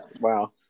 Wow